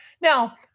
Now